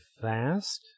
fast